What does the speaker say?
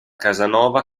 casanova